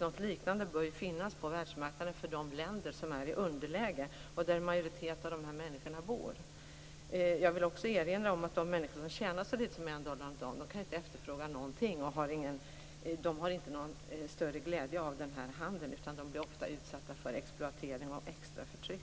Något liknande bör ju finnas på världsmarknaden för de länder som är i underläge och där en majoritet av dessa människor bor. Jag vill också erinra om att de människor som tjänar så litet som en dollar om dagen inte kan efterfråga någonting och inte har någon större glädje av den här handeln. De blir ofta utsatta för exploatering och extra förtryck.